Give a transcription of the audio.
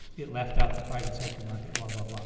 it left out the private sector market, blah blah blah